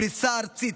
בפריסה ארצית,